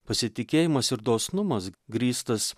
pasitikėjimas ir dosnumas grįstas